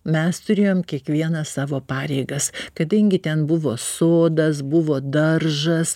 mes turėjom kiekvienas savo pareigas kadangi ten buvo sodas buvo daržas